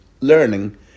learning